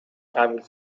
قبول